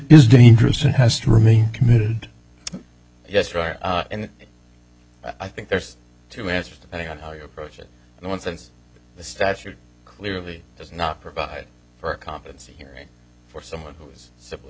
is dangerous and has to remain committed yes and i think there's two answers depending on how you approach it in one sense the statute clearly does not provide for a competency hearing for someone who is simply